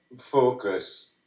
Focus